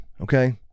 okay